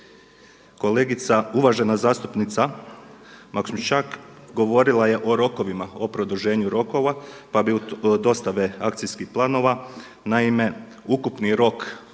zraka. Uvažena zastupnica Maksimčuk govorila je o rokovima, o produženju rokova dostave akcijskih planova. Naime, ukupni rok koji